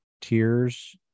tears